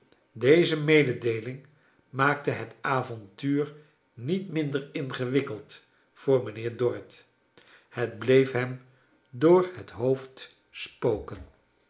deze mededeeling rnaakte het avontuur niet minder ingewikkeld voor mijnheer dorrit het bleef hem door het hoofd spoken